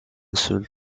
seul